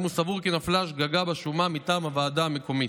אם הוא סבור כי נפלה שגגה בשומה מטעם הוועדה המקומית.